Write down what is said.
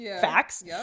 facts